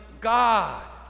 God